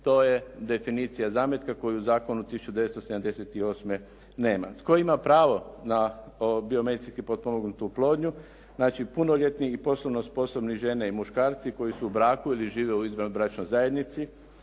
To je definicija zametka koju zakon od 1978. nema. Tko ima pravo na biomedicinski potpomognutu oplodnju znači punoljetni i poslovno sposobni žene i muškarci koji su u braku ili žive u izvanbračnoj zajednici